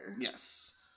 Yes